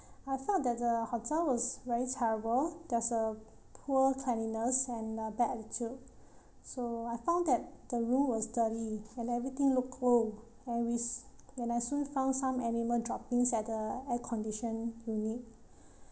I felt that the hotel was very terrible there's a poor cleanliness and a bad attitude so I found that the room was dirty and everything looked old and we and I soon found some animal droppings at the air condition unit